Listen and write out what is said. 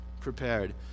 prepared